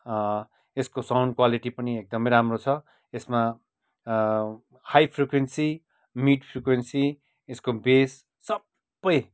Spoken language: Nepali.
यसको साउन्ड क्वलिटी पनि एकदमै राम्रो छ यसमा हाई फ्रिक्वेनसी मिड फ्रिक्वेन्सी यसको बेस सबै